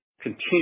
continue